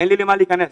אין לי למה להיכנס,